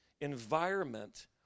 environment